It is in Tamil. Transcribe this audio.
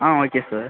ah okay sir